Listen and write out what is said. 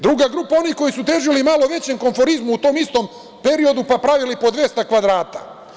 Druga grupa su oni koji su težili malo većem konformizmu u tom istom periodu pa pravili po 200 kvadrata.